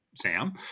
Sam